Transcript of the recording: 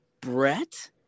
Brett